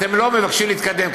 אתם לא מבקשים להתקדם.